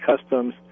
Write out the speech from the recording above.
customs